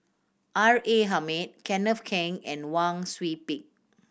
R A Hamid Kenneth Keng and Wang Sui Pick